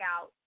out